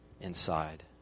inside